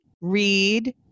read